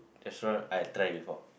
restaurant I try before